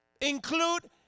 include